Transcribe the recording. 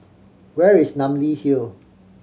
where is Namly Hill